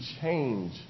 change